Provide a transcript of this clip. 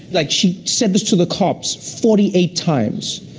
like she said this to the cops forty eight times,